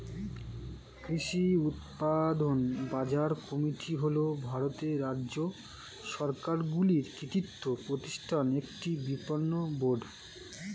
কৃষি উৎপাদন বাজার কমিটি হল ভারতের রাজ্য সরকারগুলি কর্তৃক প্রতিষ্ঠিত একটি বিপণন বোর্ড